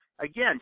Again